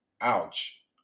ouch